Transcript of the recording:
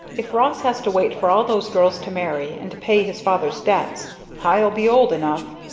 if ross has to wait for all those girls to marry and to pay his father's debts i'll be old enough,